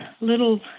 little